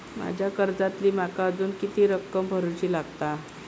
माझ्या कर्जातली माका अजून किती रक्कम भरुची लागात?